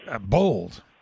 bold